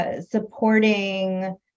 supporting